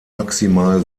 maximal